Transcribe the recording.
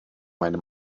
meinem